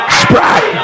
spread